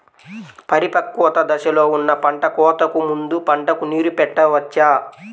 పరిపక్వత దశలో ఉన్న పంట కోతకు ముందు పంటకు నీరు పెట్టవచ్చా?